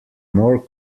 more